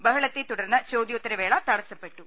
ബഹളത്തെ തുടർന്ന് ചോദ്യോത്തരവേള തടസ്സപ്പെട്ടു